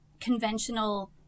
conventional